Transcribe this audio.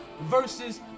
versus